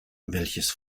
welches